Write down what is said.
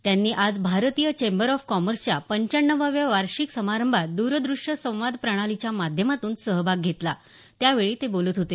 त्यांनी आज भारतीय चेंबर ऑफ कॉमर्सच्या पंच्यान्नवव्या वार्षिक समारंभात द्रदृष्य संवाद प्रणालीच्या माध्यमातून सहभाग घेतला त्यावेळी ते बोलत होते